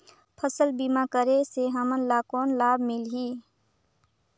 फसल बीमा करे से हमन ला कौन लाभ मिलही?